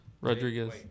Rodriguez